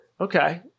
Okay